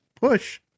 push